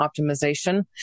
optimization